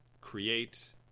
create